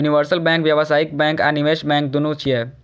universal bank व्यावसायिक bank आ निवेश बैंक, दुनू छियै